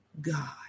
God